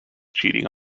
cheating